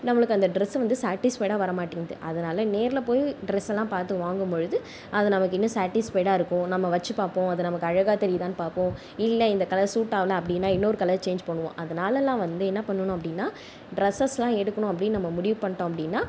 நம்மளுக்கு அந்த ட்ரெஸ் வந்து சேட்டிஸ்ஃபைடாக வரமாட்டேங்குது அதனால நேரில் போய் ட்ரெஸ்யெல்லாம் பார்த்து வாங்கும்பொழுது அது நமக்கு இன்னும் சேட்டிஸ்ஃபைடாக இருக்கும் நம்ம வச்சுப் பார்ப்போம் அது நமக்கு அழகாகத் தெரியுதான்னு பார்ப்போம் இல்லை இந்தக் கலர் சூட்டாகல அப்படினா இன்னொரு கலர் சேஞ்ச் பண்ணுவோம் அதனாலலாம் வந்து என்னப் பண்ணணும் அப்படினா ட்ரெஸஸ்லாம் எடுக்கணும் அப்படினு நம்ம முடிவு பண்ணிட்டோம் அப்படினா